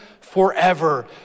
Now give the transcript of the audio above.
forever